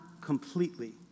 completely